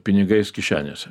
pinigais kišenėse